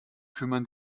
kümmern